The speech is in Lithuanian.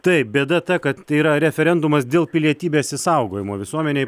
taip bėda ta kad tai yra referendumas dėl pilietybės išsaugojimo visuomenei